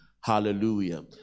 hallelujah